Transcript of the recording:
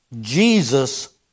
Jesus